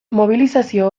mobilizazio